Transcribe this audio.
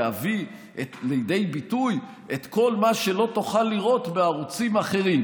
להביא לידי ביטוי את כל מה שלא תוכל לראות בערוצים אחרים.